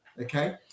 Okay